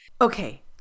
Okay